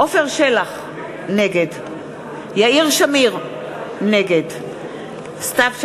עפר שלח, נגד יאיר שמיר, נגד סתיו שפיר,